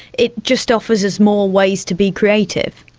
it just offers us more ways to be creative?